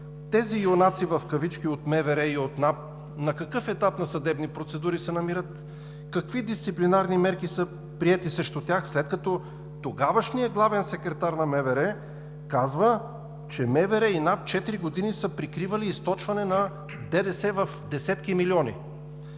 тези юнаци в кавички от МВР и от НАП на какъв етап на съдебни процедури се намират, какви дисциплинарни мерки са приети срещу тях, след като тогавашният главен секретар на МВР казва, че МВР и НАП четири години са прикривали източване на ДДС в десетки милиони?